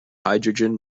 hydrogen